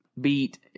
beat